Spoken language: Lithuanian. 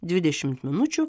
dvidešimt minučių